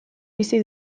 bizi